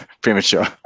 premature